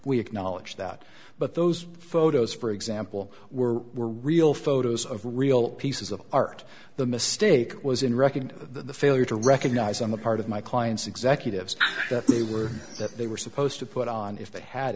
we acknowledge that but those photos for example were were real photos of real pieces of art the mistake was in wrecking the failure to recognize on the part of my clients executives that they were that they were supposed to put on if they had